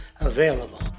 available